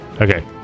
Okay